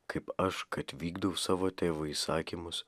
kaip aš kad vykdau savo tėvų įsakymus